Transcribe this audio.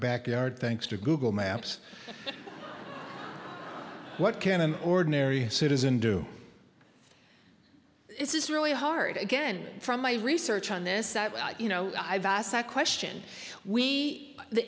backyard thanks to google maps what can an ordinary citizen do this is really hard again from my research on this you know i've asked that question we the